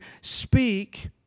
speak